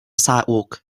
sidewalk